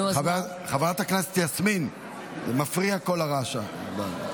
חברת הכנסת יסמין פרידמן, זה מפריע כל הרעש שם.